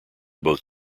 both